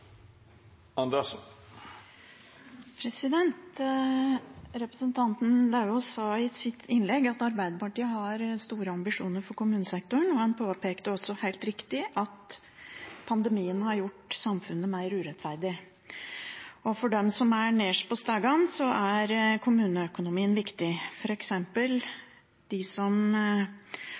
Representanten Lauvås sa i sitt innlegg at Arbeiderpartiet har store ambisjoner for kommunesektoren, og han påpekte også, helt riktig, at pandemien har gjort samfunnet mer urettferdig. For dem som er nederst på stigen, er kommuneøkonomien viktig, f.eks. de som